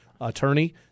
attorney